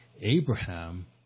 Abraham